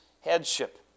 headship